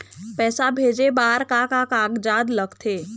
पैसा भेजे बार का का कागजात लगथे?